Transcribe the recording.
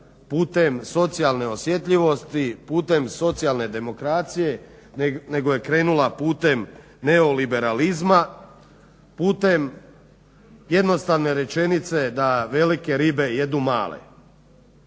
putem socijalne osjetljivosti, putem socijalne demokracije, nego je krenula putem neoliberalizma, putem jednostavne rečenice da velike ribe jedu male.